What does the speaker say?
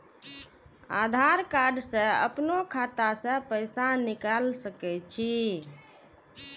आधार कार्ड से अपनो खाता से पैसा निकाल सके छी?